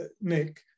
Nick